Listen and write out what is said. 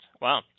Wow